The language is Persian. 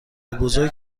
بزرگ